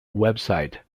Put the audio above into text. website